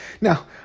Now